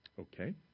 Okay